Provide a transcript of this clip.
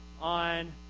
on